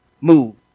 move